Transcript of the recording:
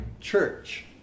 church